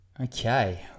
Okay